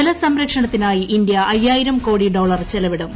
ജലസംരക്ഷണത്തിനായി India അയ്യായിരം ക്കോടി dollar ചെലവിടും